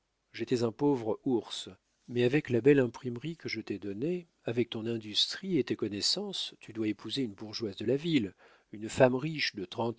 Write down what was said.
j'étais un pauvre ours mais avec la belle imprimerie que je t'ai donnée avec ton industrie et tes connaissances tu dois épouser une bourgeoise de la ville une femme riche de